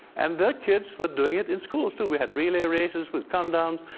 and their kids were doing it in school still we had really racist with condoms.